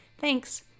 Thanks